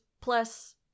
plus